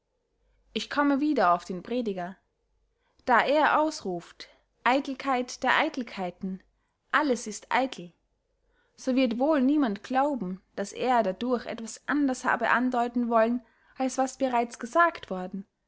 ich komme wieder auf den prediger da er ausruft eitelkeit der eitelkeiten alles ist eitel so wird wohl niemand glauben daß er dadurch etwas anders habe andeuten wollen als was bereits gesagt worden